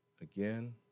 again